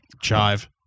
chive